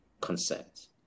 concerns